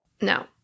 No